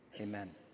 Amen